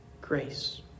grace